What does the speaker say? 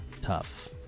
Tough